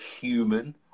human